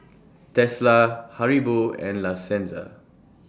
Tesla Haribo and La Senza